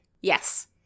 Yes